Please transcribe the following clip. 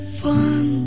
fun